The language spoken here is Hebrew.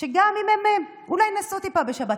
שגם אם הם אולי נסעו טיפה בשבת,